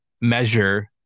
measure